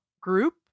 group